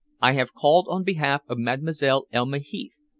i have called on behalf of mademoiselle elma heath,